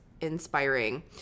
inspiring